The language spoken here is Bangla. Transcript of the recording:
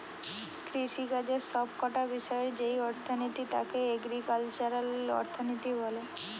কৃষিকাজের সব কটা বিষয়ের যেই অর্থনীতি তাকে এগ্রিকালচারাল অর্থনীতি বলে